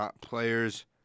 players